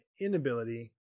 inability